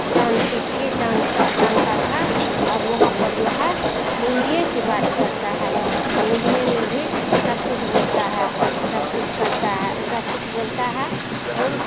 जानती थी जानत जानता था अब वहाँ पर जो है हिन्दी में भी सब कुछ बोलता है सब कुछ करता है सब कुछ बोलता है और